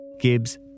Gibbs